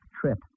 trip